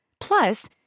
Plus